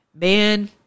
Man